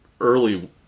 early